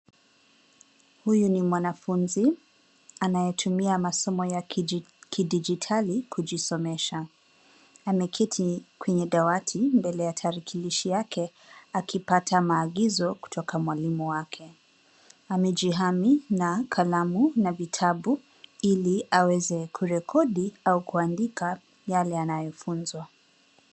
Huyu ni mwanafunzi anayetumia masomo ya kidijitali kujisomesha. Ameketi kwenye dawati mbele ya tarakilishi yake akipata maagizo kutoka mwalimu wake. Amejihami na kalamu na vitabu ili aweze kurekodi au kuandika yale anayofunzwa.